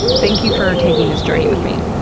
thank you for taking this journey with me.